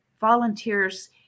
volunteers